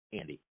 Andy